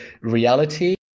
reality